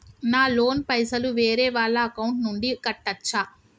నా లోన్ పైసలు వేరే వాళ్ల అకౌంట్ నుండి కట్టచ్చా?